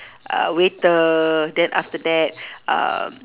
uh waiter then after that um